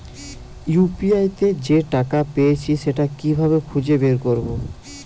UPI তে যে টাকা পেয়েছি সেটা কিভাবে খুঁজে বের করবো?